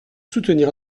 soutenir